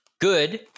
good